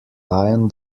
lion